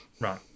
Right